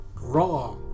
Raw